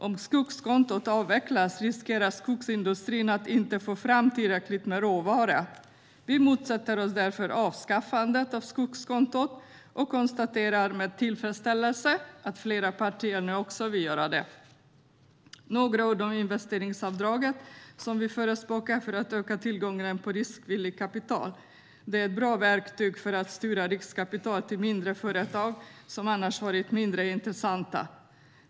Om skogskontot avvecklas riskerar skogsindustrin att inte få fram tillräckligt med råvara. Vi motsätter oss därför avskaffandet av skogskontot och konstaterar med tillfredsställelse att flera partier nu också vill göra det. Jag vill säga några ord om investeraravdraget som vi förespråkar för att öka tillgången på riskvilligt kapital. Det är ett bra verktyg för att styra riskkapital till mindre företag som annars hade varit mindre intressanta.